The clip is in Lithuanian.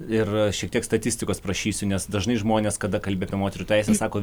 ir šiek tiek statistikos prašysiu nes dažnai žmonės kada kalbi apie moterų teises sako